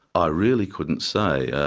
i really couldn't say.